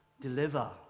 deliver